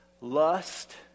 lust